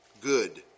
good